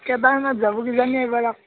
কেদাৰনাথ যাব কিজানি এবাৰ আকৌ